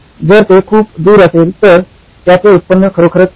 जर ते खूप दूर असेल तर त्याचे उत्पन्न खरोखरच कमी आहे